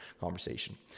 conversation